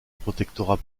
protectorat